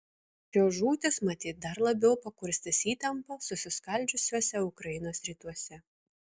šios žūtys matyt dar labiau pakurstys įtampą susiskaldžiusiuose ukrainos rytuose